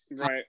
Right